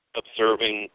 observing